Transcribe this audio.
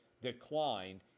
declined